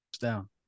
Down